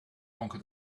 conquer